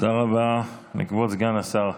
תודה רבה לכבוד סגן השר.